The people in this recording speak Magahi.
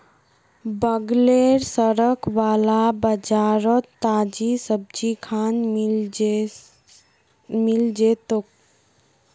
बगलेर सड़क वाला बाजारोत ताजी सब्जिखान मिल जै तोक